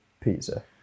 pizza